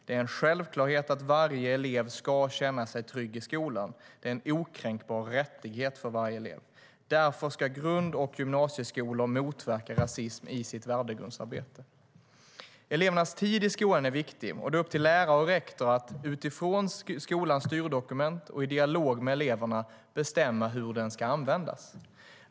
Det är en självklarhet att varje elev ska känna sig trygg i skolan. Det är en okränkbar rättighet för varje elev. Därför ska grund och gymnasieskolor motverka rasism i sitt värdegrundsarbete. Elevernas tid i skolan är viktig, och det är upp till lärare och rektor att utifrån skolans styrdokument och i dialog med eleverna bestämma hur den ska användas.